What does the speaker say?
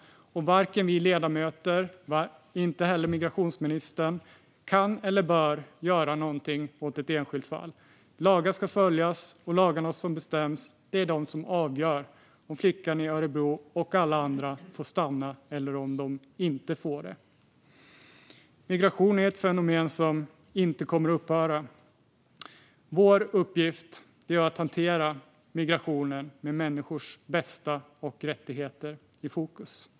Varken vi ledamöter eller migrationsministern kan eller bör göra någonting åt ett enskilt fall. Lagar ska följas, och lagarna som bestäms är de som avgör om flickan i Örebro och alla andra får stanna eller om de inte får det. Migration är ett fenomen som inte kommer att upphöra. Vår uppgift är att hantera migrationen med människors bästa och människors rättigheter i fokus.